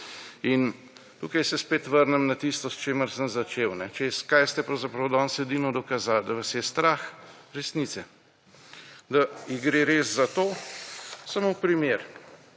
Tukaj se spet vrnem na tisto, s čimer sem začel. Kaj ste pravzaprav danes edino dokazali? Da vas je strah resnice. Da gre res za to, samo primer.